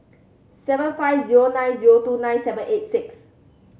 seven five zero nine zero two nine seven eight six